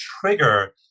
trigger